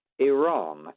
Iran